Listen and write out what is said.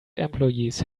employees